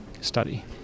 study